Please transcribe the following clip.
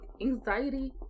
anxiety